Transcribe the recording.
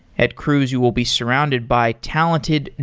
at cruise you will be surrounded by talented,